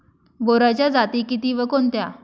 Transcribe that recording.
बोराच्या जाती किती व कोणत्या?